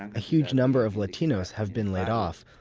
a huge number of latinos have been laid off.